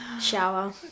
Shower